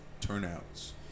turnouts